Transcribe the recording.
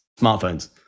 smartphones